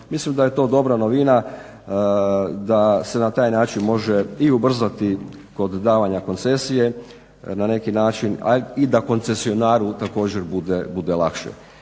Mislim da je to dobra novina, da se na taj način može i ubrzati kod davanja koncesije na neki način i da koncesionaru također bude lakše.